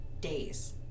days